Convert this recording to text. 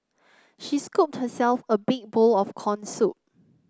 she scooped herself a big bowl of corn soup